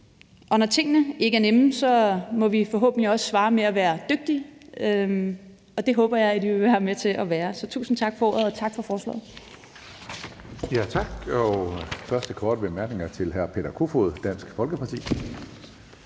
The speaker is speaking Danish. og når tingene ikke er nemme, må vi forhåbentlig også svare med at være dygtige, og det håber jeg at I vil være med til at være. Så tusind tak for ordet, og tak for forslaget.